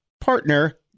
partner